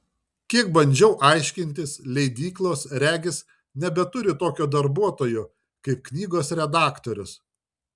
kiek bandžiau aiškintis leidyklos regis nebeturi tokio darbuotojo kaip knygos redaktorius